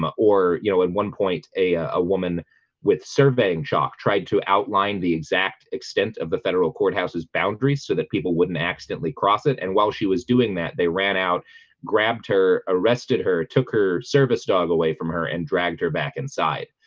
um or you know at one point a a woman with surveying shock tried to outline the exact extent of the federal courthouse's boundaries so that people wouldn't accidentally cross it and while she was doing that they ran out grabbed her arrested her took her service dog away from her and dragged her back inside